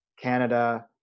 Canada